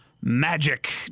magic